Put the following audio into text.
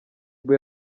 boo